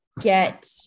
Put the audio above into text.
get